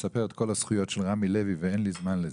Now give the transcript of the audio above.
לספר את כל הזכויות של רמי לוי ואין לי זמן לזה.